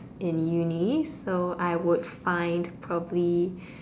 in uni so I would find probably